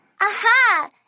Aha